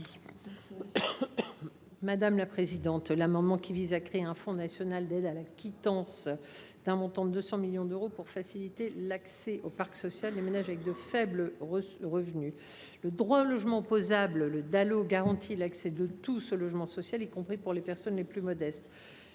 du Gouvernement ? Cet amendement vise à créer un fonds national d’aide à la quittance, doté de 200 millions d’euros, pour faciliter l’accès au parc social des ménages disposant de faibles revenus. Le droit au logement opposable (Dalo) garantit l’accès de tous à un logement social, y compris aux personnes les plus modestes.